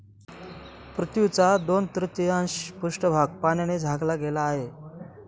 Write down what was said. पृथ्वीचा दोन तृतीयांश पृष्ठभाग पाण्याने झाकला गेला आहे